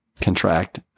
contract